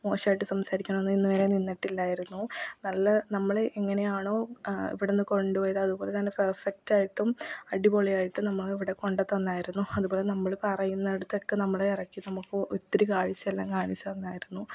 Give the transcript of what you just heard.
മോശമായിട്ട് സംസാരിക്കാനൊന്നും ഇന്നുവരെ നിന്നിട്ടില്ലായിരുന്നു നല്ല നമ്മളെ എങ്ങനെയാണോ ഇവിടുന്ന് കൊണ്ടു പോയത് അതുപോലെതന്നെ പെർഫെക്റ്റായിട്ടും അടിപൊളിയായിട്ടും നമ്മളെ ഇവിടെ കൊണ്ടുത്തന്നായിരുന്നു അതുപോലെ നമ്മള് പറയുന്നിടത്തൊക്കെ നമ്മളെ ഇറക്കി നമുക്ക് ഒത്തിരി കാഴ്ചയെല്ലാം കാണിച്ച് തന്നായിരുന്നു